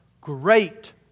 great